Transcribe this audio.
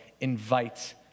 invites